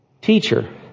Teacher